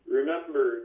remember